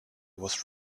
was